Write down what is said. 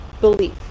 belief